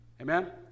Amen